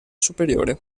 superiore